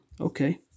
okay